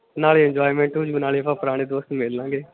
ਨਾਲੇ ਇੰਜੋਮੈਂਟ ਹੋਜੁ ਨਾਲੇ ਆਪਾਂ ਪੁਰਾਣੇ ਦੋਸਤ ਮਿਲ ਲਾਂਗੇ